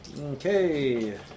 Okay